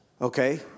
Okay